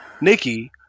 Nikki